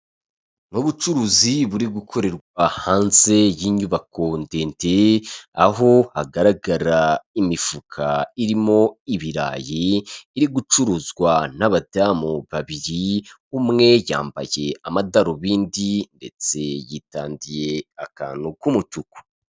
Mu bucuruzi buri gukorerwa hanze y'inyubako ndende aho hagaragara imifuka irimo ibirayi iri gucuruzwa n'abadamu babiri, umwe yambaye amadarubindi ndetse yitandiye akantu k'umutuku.